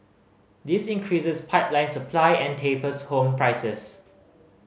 this increases pipeline supply and tapers home prices